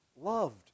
loved